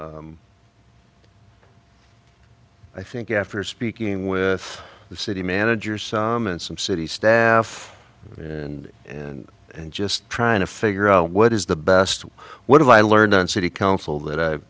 i think after speaking with the city managers and some city staff and and and just trying to figure out what is the best what have i learned on city council that i